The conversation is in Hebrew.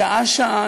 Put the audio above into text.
שעה-שעה,